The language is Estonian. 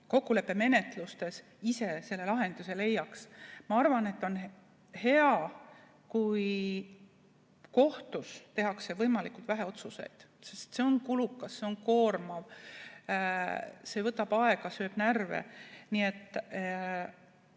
kokkuleppemenetluse teel ise lahenduse leiaks. Ma arvan, et on hea, kui kohtus tehakse võimalikult vähe otsuseid – see on kulukas, see on koormav, see võtab aega, sööb närve. Tuleks